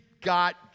got